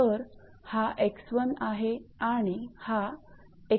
तर हा 𝑥1 आहे आणि हा 𝑥2 आहे